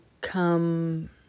come